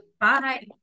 bye